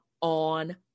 on